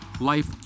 life